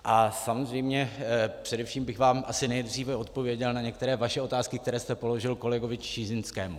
A samozřejmě především bych vám asi nejdříve odpověděl na některé vaše otázky, které jste položil kolegovi Čižinskému.